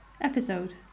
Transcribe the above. episode